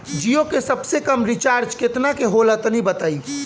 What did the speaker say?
जीओ के सबसे कम रिचार्ज केतना के होला तनि बताई?